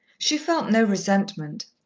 she felt no resentment,